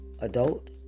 adult